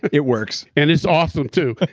it works and it's awesome too.